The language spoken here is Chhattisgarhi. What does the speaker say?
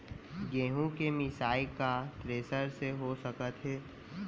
गेहूँ के मिसाई का थ्रेसर से हो सकत हे?